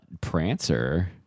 Prancer